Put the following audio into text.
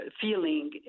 feeling